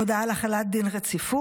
הודעה על החלת דין רציפות.